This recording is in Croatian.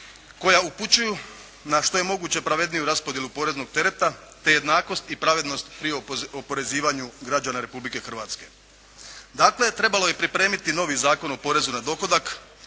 koja upućuju na što je moguće pravedniju raspodjelu poreznog tereta te jednakost i pravednost pri oporezivanju građana Republike Hrvatske. Dakle, trebalo je pripremiti novi Zakon o porezu na dohodak